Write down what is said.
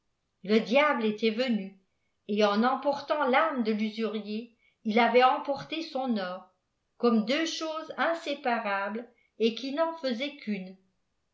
le dia e était venu et en emportant l'âme de l'usurier il avait emporté son or comme deux choses inséparables et qui n'en faisaient qu'une